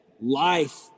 life